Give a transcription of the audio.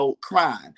crime